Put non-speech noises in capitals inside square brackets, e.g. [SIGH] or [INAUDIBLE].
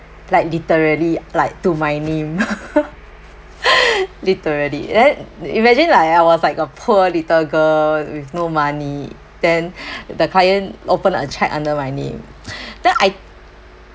like literally like to my name [LAUGHS] literally then imagine like I was like a poor little girl with no money then [BREATH] the client open a check under my name [BREATH] then I